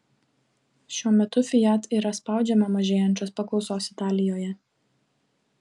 šiuo metu fiat yra spaudžiama mažėjančios paklausos italijoje